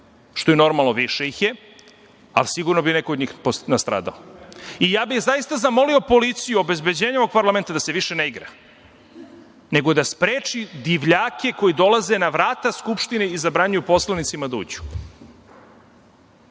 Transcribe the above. što je normalno, više ih je, ali sigurno bi neko od njih nastradao. Ja bih zaista zamolio policiju, obezbeđenje ovog parlamenta da se više ne igra, nego da spreči divljake koji dolaze na vrata Skupštine i zabranjuju poslanicima da